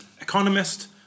economist